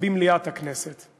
במליאת הכנסת.